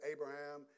Abraham